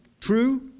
true